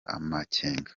amakenga